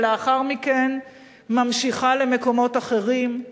ולאחר מכן ממשיכה למקומות אחרים.